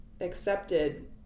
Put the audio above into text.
accepted